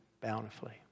bountifully